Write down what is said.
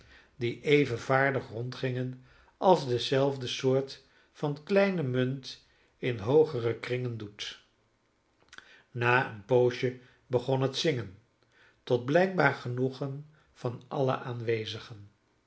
die even vaardig rondgingen als dezelfde soort van kleine munt in hoogere kringen doet na een poosje begon het zingen tot blijkbaar genoegen van alle aanwezigen